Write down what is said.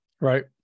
Right